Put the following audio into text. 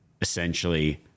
Essentially